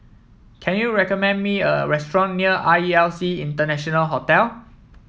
can you recommend me a restaurant near R E L C International Hotel